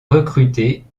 recruter